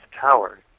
Tower